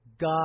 God